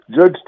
Judge